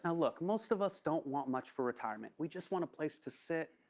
ah look, most of us don't want much for retirement. we just want a place to sit,